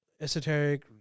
esoteric